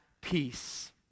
peace